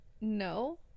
No